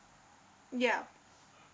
yup